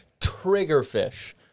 Triggerfish